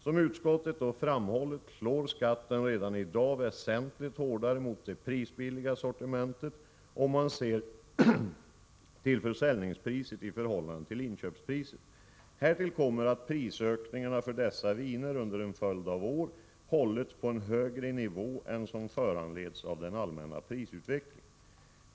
Som utskottet då framhållit slår skatten redan i dag väsentligt hårdare mot det prisbilliga sortimentet, om man ser till försäljningspriset i förhållande till inköpspriset. Härtill kommer att prisökningarna för dessa viner under en följd av år hållits på en högre nivå än som föranleds av den allmänna prisutvecklingen.